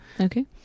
Okay